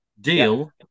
Deal